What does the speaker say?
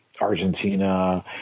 Argentina